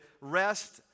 rest